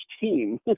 team